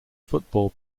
football